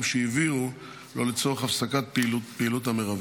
שהעבירו לו לצורך הפסקת פעילות המרבב.